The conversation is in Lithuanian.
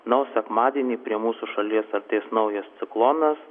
na o sekmadienį prie mūsų šalies artės naujas ciklonas